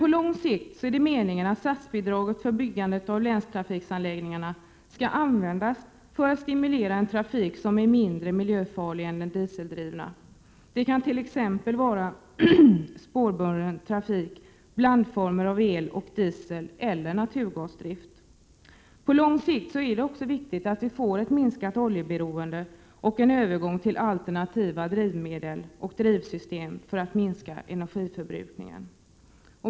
På lång sikt skall statsbidraget för stöd till byggande av länstrafikanläggningar användas för att stimulera en trafik som är mindre miljöfarlig än den dieseldrivna. Det kan t.ex. vara spårbunden trafik, blandformer av el och diesel eller naturgasdrift. På lång sikt är det också viktigt att få ett minskat oljeberoende och att få en övergång till alternativa drivmedel och drivsystem för att minska energiförbrukningen.